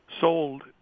sold